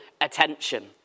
attention